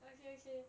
okay okay